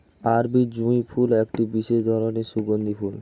আরবি জুঁই ফুল একটি বিশেষ ধরনের সুগন্ধি ফুল